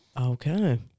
Okay